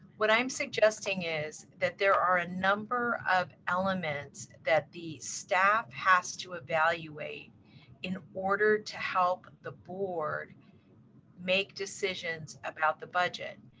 what i'm suggesting is that there are a number of lmgts that the staff has to evaluate in order to help the board make decisions about the budget.